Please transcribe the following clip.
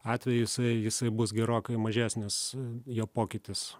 atveju jisai jisai bus gerokai mažesnis jo pokytis